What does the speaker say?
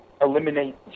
eliminate